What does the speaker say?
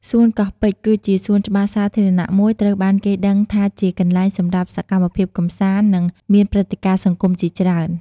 សួនកោះពេជ្រ គឺជាសួនច្បារសាធារណៈមួយត្រូវបានគេដឹងថាជាកន្លែងសម្រាប់សកម្មភាពកម្សាន្ត និង មានព្រឹត្តិការណ៍សង្គមជាច្រើន។